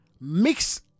Mix